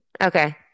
Okay